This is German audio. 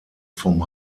vom